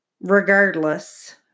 regardless